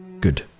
good